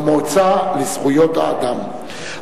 והיום אני